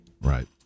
Right